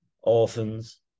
Orphans